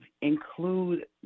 include